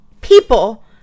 people